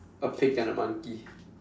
a pig and a monkey